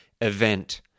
event